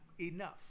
enough